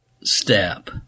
step